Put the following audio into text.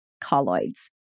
colloids